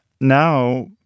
Now